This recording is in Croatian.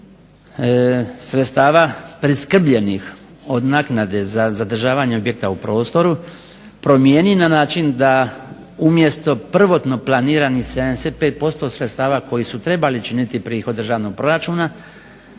sredstava priskrbljenih od naknade za zadržavanje objekta u prostoru promijenio na način da umjesto prvotno planiranih 75% sredstava koji su trebali činiti prihod državnog proračuna